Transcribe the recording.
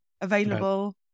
available